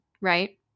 right